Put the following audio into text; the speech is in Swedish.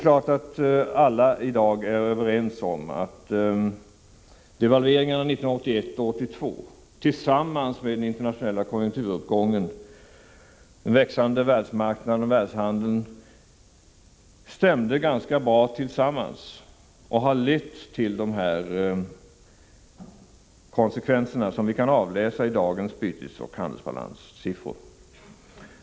Alla är ju i dag överens om att devalveringarna 1981 och 1982 jämte den internationella konjunkturuppgången samt den växande världsmarknaden och världshandeln stämde ganska bra tillsammans och har lett till bl.a. de konsekvenser som vi kan avläsa i dagens bytesbalansoch handelsbalanssiffror.